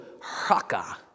haka